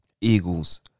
Eagles